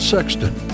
Sexton